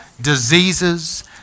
diseases